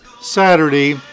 Saturday